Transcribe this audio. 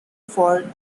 for